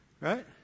Right